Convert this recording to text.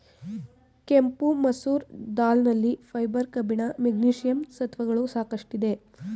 ಕೆಂಪು ಮಸೂರ್ ದಾಲ್ ನಲ್ಲಿ ಫೈಬರ್, ಕಬ್ಬಿಣ, ಮೆಗ್ನೀಷಿಯಂ ಸತ್ವಗಳು ಸಾಕಷ್ಟಿದೆ